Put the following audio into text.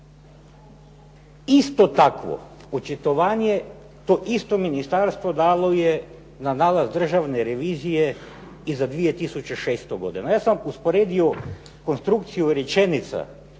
Isto takvo očitovanje, to isto ministarstvo dalo je na nalaz Državne revizije i za 2006. godinu. Ja sam vam usporedio konstrukciju rečenica